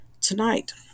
tonight